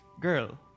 girl